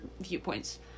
viewpoints